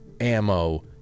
ammo